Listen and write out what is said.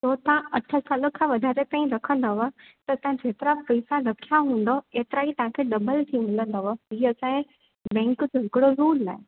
त उहो तव्हां अठ साल खां वधारे ताईं रखंदव त तव्हां जेतिरा पैसा रखिया हूंदव एतिरा ई तव्हां खे डबल थी मिलंदव हीअ असांजे बैंक जो हिकिड़ो रूल आहे